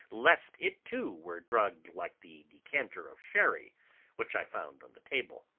lest it, too, were drugged like the decanter of sherry which i found on the table.